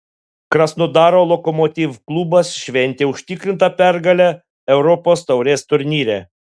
krasnodaro lokomotiv klubas šventė užtikrintą pergalę europos taurės turnyre